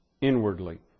inwardly